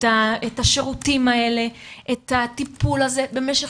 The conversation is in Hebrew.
את השירותים האלה ואת הטיפול הזה במשך